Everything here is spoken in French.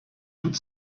toute